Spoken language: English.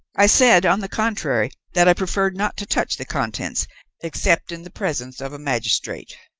i said, on the contrary, that i preferred not to touch the contents except in the presence of a magistrate,